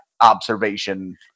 observation